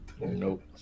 Nope